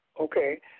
Okay